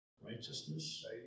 Righteousness